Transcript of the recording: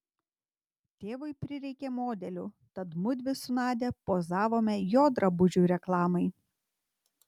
tėvui prireikė modelių tad mudvi su nadia pozavome jo drabužių reklamai